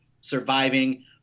surviving